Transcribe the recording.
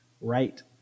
right